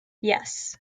yes